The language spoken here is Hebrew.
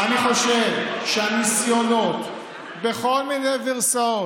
אני חושב שהניסיונות בכל מיני ורסיות